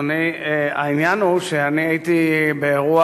העניין הוא שאני הייתי לאחרונה באירוע